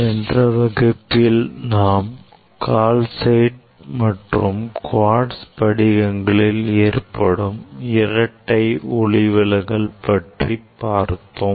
சென்ற வகுப்பில் நாம் கால்சைட் மற்றும் குவாட்ஸ் படிகங்களில் ஏற்படும் இரட்டை ஒளிவிலகல் பற்றிப் பார்த்தோம்